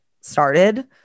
started